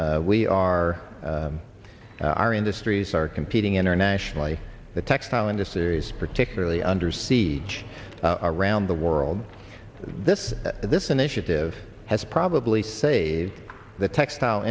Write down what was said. when we are our industries are competing internationally the textile industries particularly under siege around the world this this initiative has probably saved the textile